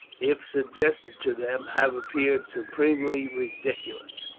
if suggested to them, have appeared supremely ridiculous.